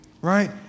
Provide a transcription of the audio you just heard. right